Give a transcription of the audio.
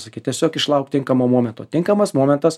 sakyt tiesiog išlaukt tinkamo momento tinkamas momentas